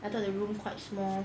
I thought the room quite small